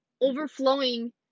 overflowing